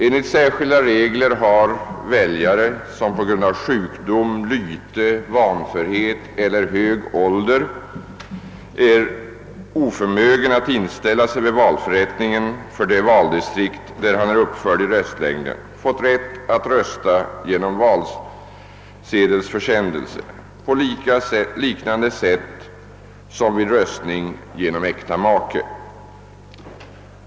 Enligt särskilda regler har väljare, som på grund av sjukdom, lyte, vanförhet eller hög ålder är oförmögen att inställa sig vid valförrättningen för det valdistrikt där han är uppförd i röstlängden, fått rätt att rösta genom valsedelsförsändelse på liknande sätt som vid röstning genom äkta make.